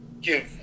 give